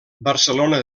barcelona